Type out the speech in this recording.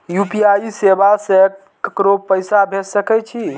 UPI सेवा से ककरो पैसा भेज सके छी?